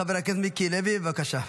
חבר הכנסת מיקי לוי, בבקשה.